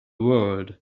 world